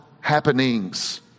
happenings